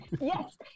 yes